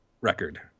record